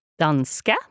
Danska